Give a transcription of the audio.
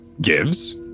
gives